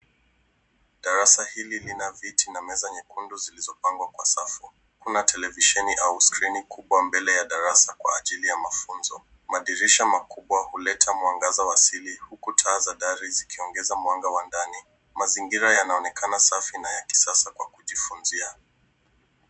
Darasa hili lina viti na meza nyekundu zilizopangwa kwa safu, kuna televisheni au skrini kubwa mbili ya darasa kwa ajili ya mafunzo. Madirisha makubwa huleta mwangaza wa asili, huku taa za dari zikiongeza mwanga wa ndani. Mazingira yanaonekana safi na ya kisasa ya kujifunzia.